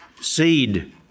seed